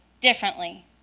differently